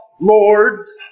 lords